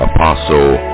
Apostle